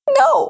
no